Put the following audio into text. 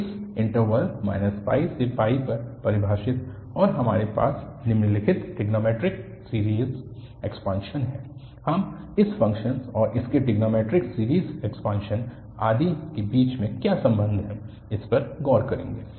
तो इस इन्टरवल से पर परिभाषित और हमारे पास निम्नलिखित ट्रिग्नोंमैट्रिक सीरीज़ एक्सपान्शन है हम इस फ़ंक्शन और उसके ट्रिग्नोंमैट्रिक सीरीज़ एक्सपान्शन आदि के बीच क्या संबंध है इस पर गौर करेंगे